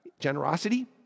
generosity